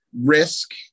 risk